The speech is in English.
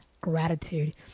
gratitude